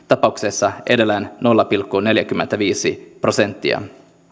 tapauksessa edelleen nolla pilkku neljäkymmentäviisi prosenttia